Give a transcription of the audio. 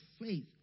faith